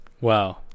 wow